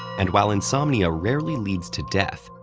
and while insomnia rarely leads to death,